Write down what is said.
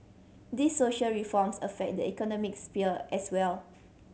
these social reforms affect the economic sphere as well